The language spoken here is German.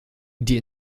die